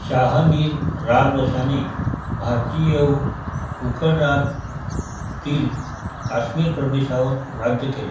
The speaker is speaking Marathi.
शाह मीर राजवंशाने भारतीय उपखंडातील काश्मीर प्रदेशावर राज्य केले